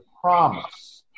promise